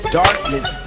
darkness